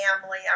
family